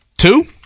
Two